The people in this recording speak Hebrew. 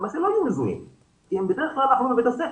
שלמעשה לא היו מזוהים אם בדרך כלל אכלו בבית הספר.